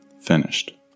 Finished